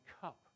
cup